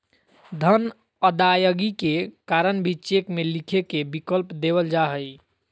धन अदायगी के कारण भी चेक में लिखे के विकल्प देवल जा हइ